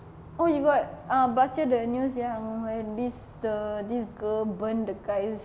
oh you got ah baca the news yang where this the this girl burn the guys